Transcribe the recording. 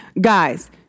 Guys